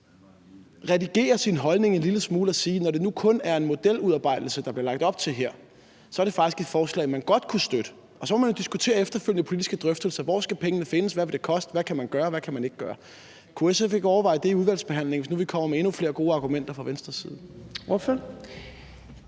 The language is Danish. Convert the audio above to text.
redigere sin holdning en lille smule og sige, at når det nu kun er en modeludarbejdelse, der bliver lagt op til her, er det faktisk et forslag, man godt kunne støtte? Og så må man jo diskutere efterfølgende i politiske drøftelser, hvor pengene skal findes, hvad det vil koste, hvad man kan gøre, og hvad man ikke kan gøre. Kunne SF ikke overveje det i udvalgsbehandlingen, hvis nu vi kommer med endnu flere gode argumenter fra Venstres side?